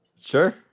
Sure